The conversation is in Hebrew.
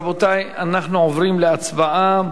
רבותי, אנחנו עוברים להצבעה.